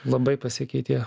labai pasikeitė